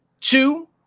Two